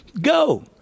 go